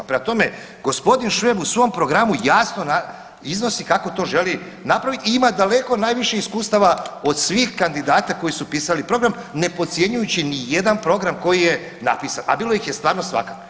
Prema tome, gospodin Šveb u svom programu jasno iznosi kako to želi napraviti i ima daleko najviše iskustava od svih kandidata koji su pisali program ne podcjenjujući ni jedan program koji je napisan, a bilo ih je stvarno svakakvih.